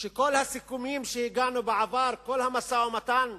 שכל הסיכומים שהגענו אליהם בעבר, כל המשא-ומתן,